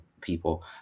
people